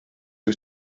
wyt